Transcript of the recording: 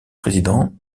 président